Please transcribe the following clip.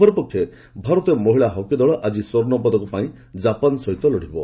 ଅପରପକ୍ଷରେ ଭାରତୀୟ ମହିଳା ହକିଦଳ ଆଜି ସ୍ୱର୍ଷପଦକ ପାଇଁ ଜାପାନ ସହ ଲଢ଼ିବ